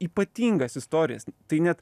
ypatingas istorijas tai net